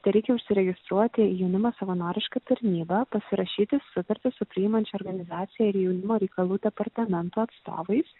tereikia užsiregistruoti į jaunimo savanorišką tarnybą pasirašyti sutartį su priimančia organizacija ir jaunimo reikalų departamento atstovais